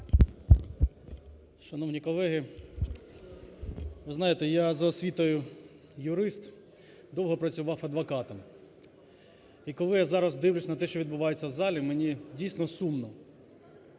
Шановні колеги, ви знаєте, я за освітою юрист, довго працював адвокатом. І коли я зараз дивлюсь на те, що відбувається в залі, мені дійсно сумно.